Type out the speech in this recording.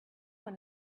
one